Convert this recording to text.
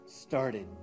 started